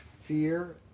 fear